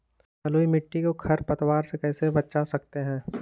बलुई मिट्टी को खर पतवार से कैसे बच्चा सकते हैँ?